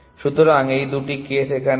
সুতরাং এই দুটি কেস এখানে আছে